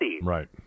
Right